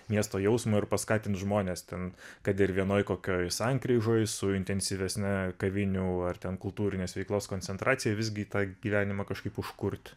miesto jausmą ir paskatint žmones ten kad ir vienoj kokioj sankryžoj su intensyvesne kavinių ar ten kultūrinės veiklos koncentracija visgi tą gyvenimą kažkaip užkurt